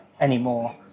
anymore